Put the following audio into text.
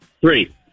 Three